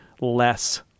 less